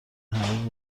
هنوز